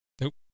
Nope